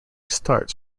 starts